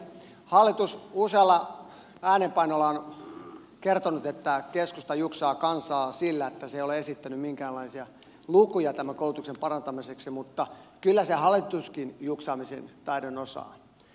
hallitus usealla äänenpainolla on kertonut että keskusta juksaa kansaa sillä että se ei ole esittänyt minkäänlaisia lukuja tämän koulutuksen parantamiseksi mutta kyllä se hallituskin juksaamisen taidon osaa